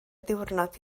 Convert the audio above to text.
ddiwrnod